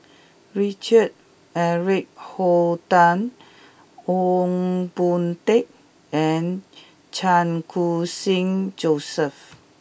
Richard Eric Holttum Ong Boon Tat and Chan Khun Sing Joseph